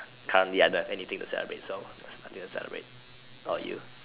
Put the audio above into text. can't be I don't have anything to celebrate so just continue to celebrate what about you